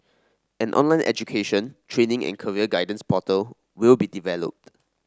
an online education training and career guidance portal will be developed